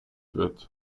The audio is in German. wird